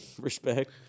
Respect